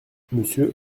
monsieur